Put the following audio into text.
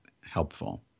helpful